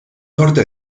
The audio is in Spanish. norte